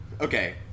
Okay